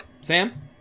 Sam